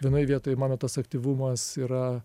vienoj vietoj mano tas aktyvumas yra